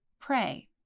pray